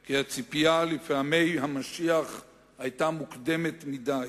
כי הציפייה לפעמי המשיח היתה מוקדמת מדי,